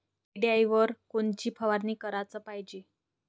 किड्याइवर कोनची फवारनी कराच पायजे?